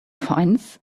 finds